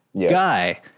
guy